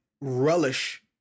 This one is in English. relish